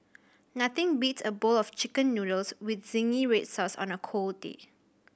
nothing beats a bowl of Chicken Noodles with zingy red sauce on a cold day